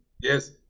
Yes